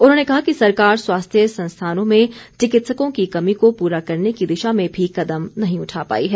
उन्होंने कहा कि सरकार स्वास्थ्य संस्थानों में चिकित्सकों की कमी को पूरा करने की दिशा में भी कदम नहीं उठा पाई है